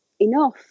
enough